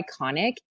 iconic –